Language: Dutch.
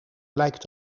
blijkt